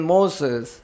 Moses